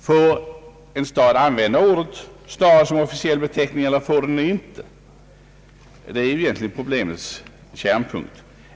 Får en stad använda ordet stad som officiell beteckning eller får den inte? Det är egentligen problemets kärnpunkt.